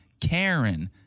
Karen